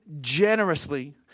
generously